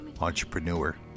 Entrepreneur